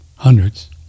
Hundreds